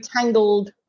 tangled